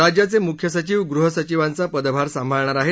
राज्याचे मुख्य सचिव गृहसचिवांचा पदभार सांभाळणार आहेत